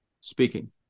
speaking